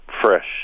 fresh